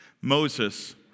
Moses